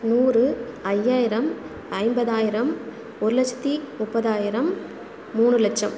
நூறு ஐயாயிரம் ஐம்பதாயிரம் ஒரு லட்சத்தி முப்பதாயிரம் மூணு லட்சம்